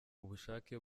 ubushake